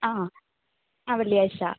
ആ ആ വെള്ളിയാഴ്ച